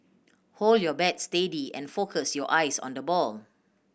hold your bat steady and focus your eyes on the ball